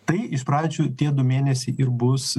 tai iš pradžių tie du mėnesiai ir bus